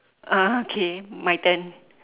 uh K my turn